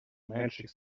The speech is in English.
magic